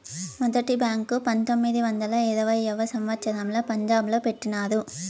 మొదటి బ్యాంకు పంతొమ్మిది వందల ఇరవైయవ సంవచ్చరంలో పంజాబ్ లో పెట్టినారు